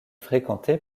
fréquentée